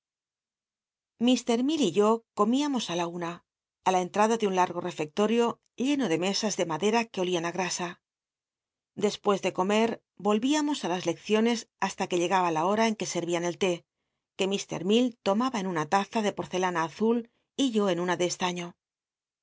y yo comiamos á la una á la entrada de un largo refectorio lleno de me as de madera que olian á grasa despues de comet olriamos ü las lecciones hasta que llegaba la hora en que scrvian ellé que mr mclllomaba en una laza de porcelana azul y yo en una de cstafto